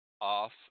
off